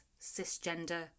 cisgender